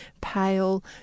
pale